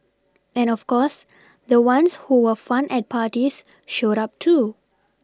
and of course the ones who were fun at parties showed up too